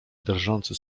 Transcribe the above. drżący